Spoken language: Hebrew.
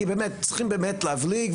כי צריכים באמת להבליג,